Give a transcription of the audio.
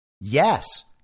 Yes